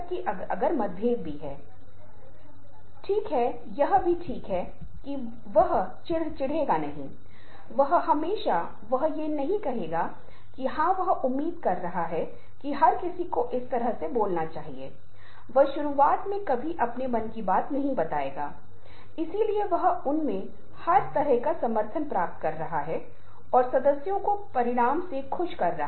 इसलिए यदि मैं बॉडी लैंग्वेज के बारे में कुछ साझा कर रहा हूं जिसका अर्थ है कि शायद यह बात आपको थोड़ा फायदा पहुंचाएगी और यह ऐसे तरीके सुझाएगा जिससे आप अशाब्दिक संचार और बॉडी लैंग्वेज की अपनी समझ को बेहतर बना सकते हैं जो हमें बहुत सरलता से बताती है कि हाँ बॉडी लैंग्वेज स्किल हासिल की जा सकती है